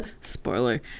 Spoiler